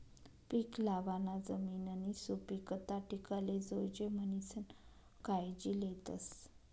पीक लावाना जमिननी सुपीकता टिकाले जोयजे म्हणीसन कायजी लेतस